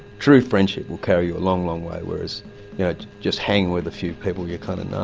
true friendship will carry you a long, long way, whereas just hanging with a few people you kind of know